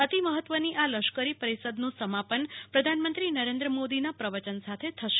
અતિ મહત્વની આ લશ્કરી પરિષદનું સમાપન પ્રધાનમંત્રી નરેન્દ્ર મોદી ના પ્રવચન સાથે થશે